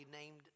named